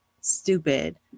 stupid